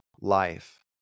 life